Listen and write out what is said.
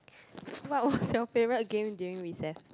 what was your favorite game during recess